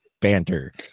banter